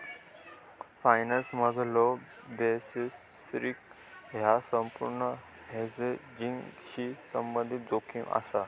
फायनान्समधलो basis risk ह्या अपूर्ण हेजिंगशी संबंधित जोखीम असा